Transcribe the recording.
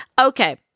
Okay